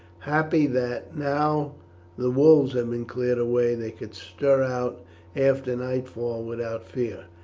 happy that, now the wolves had been cleared away, they could stir out after nightfall without fear.